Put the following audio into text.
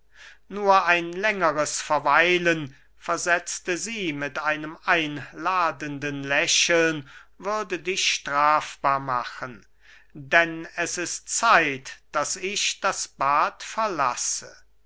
nur ein längeres verweilen versetzte sie mit einem einladenden lächeln würde dich strafbar machen denn es ist zeit daß ich das bad verlasse